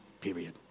period